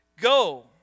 go